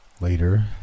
Later